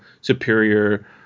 superior